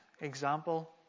example